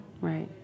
Right